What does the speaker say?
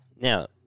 Now